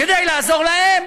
כדי לעזור להם.